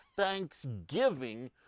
thanksgiving